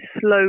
slow